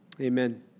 Amen